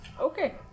okay